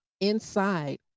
Inside